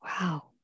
Wow